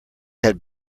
had